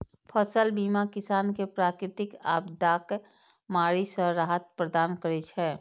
फसल बीमा किसान कें प्राकृतिक आपादाक मारि सं राहत प्रदान करै छै